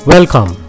Welcome